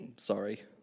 sorry